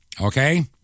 Okay